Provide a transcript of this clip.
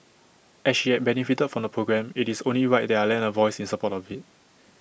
as she had benefited from the programme IT is only right that I lend A voice in support of IT